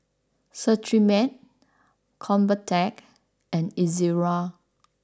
Cetrimide Convatec and Ezerra